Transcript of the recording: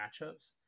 matchups